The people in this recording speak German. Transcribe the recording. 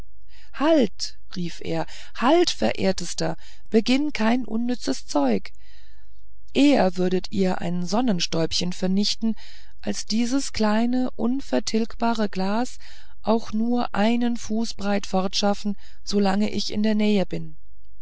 halt rief er halt verehrtester beginnt kein unnützes zeug eher würdet ihr ein sonnenstäubchen vernichten als dieses kleine unvertilgbare glas auch nur einen fuß breit fortschaffen solange ich in der nähe bin